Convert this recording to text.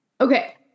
Okay